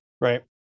Right